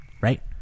right